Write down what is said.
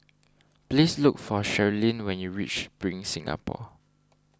please look for Sherilyn when you reach Spring Singapore